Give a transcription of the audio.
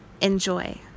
Enjoy